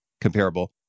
comparable